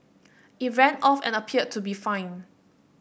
it ran off and appeared to be fine